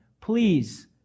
please